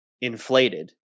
inflated